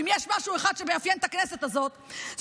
ואם יש משהו אחד שמאפיין את הכנסת הזאת זה